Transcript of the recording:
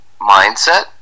mindset